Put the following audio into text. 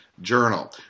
Journal